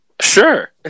Sure